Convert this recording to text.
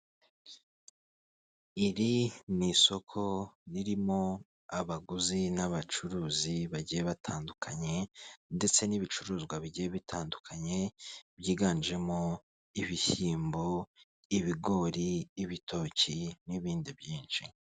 Iri ni isoko ririmo abaguzi n'abacuruzi bagiye batandukanye ndetse n'ibicuruzwa bigiye bitandukanye, byiganjemo ibishyimbo, ibigori, ibitoki n'ibindi byinshi.